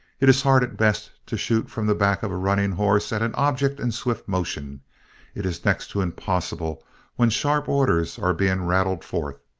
it is hard at best to shoot from the back of a running horse at an object in swift motion it is next to impossible when sharp orders are being rattled forth.